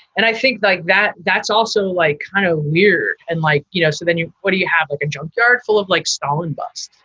and i think like that that's also like kind of weird and like. you know so then what do you have, like a junkyard full of like stalin bust?